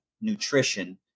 nutrition